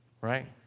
right